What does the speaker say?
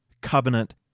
covenant